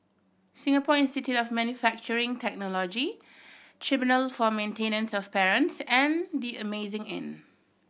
Singapore Institute of Manufacturing Technology Tribunal for Maintenance of Parents and The Amazing Inn